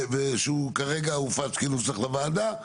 והוא כרגע הופץ כנוסח לוועדה,